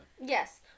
Yes